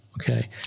Okay